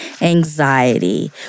anxiety